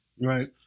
Right